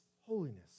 holiness